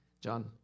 John